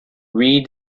read